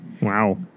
Wow